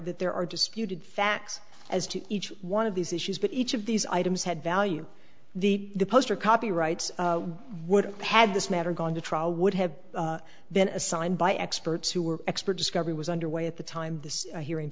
that there are disputed facts as to each one of these issues but each of these items had value the poster copyright would have had this matter gone to trial would have been assigned by experts who were expert discovery was underway at the time this hearing